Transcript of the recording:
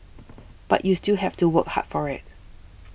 but you still have to work hard for it